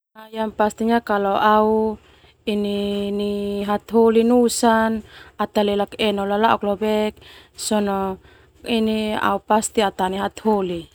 Yang pastinya kalo au nai hataholi nusan au talelek eno lalaok sona au atane hataholi.